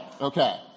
Okay